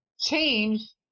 change